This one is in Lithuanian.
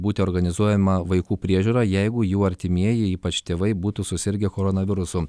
būti organizuojama vaikų priežiūra jeigu jų artimieji ypač tėvai būtų susirgę koronavirusu